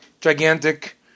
gigantic